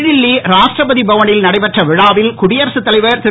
புதுடெல்லி ராஷ்டிரபதி பவனில் நடைபெற்ற விழாவில் குடியரசுத் தலைவர் திரு